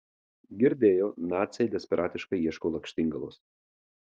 girdėjau naciai desperatiškai ieško lakštingalos